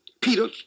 Peter